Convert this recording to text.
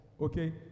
okay